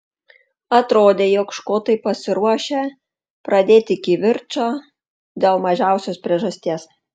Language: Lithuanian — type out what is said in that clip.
atrodė jog škotai pasiruošę pradėti kivirčą dėl mažiausios priežasties